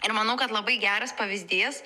ir manau kad labai geras pavyzdys